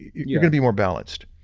you're gonna be more balanced.